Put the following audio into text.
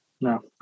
no